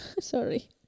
Sorry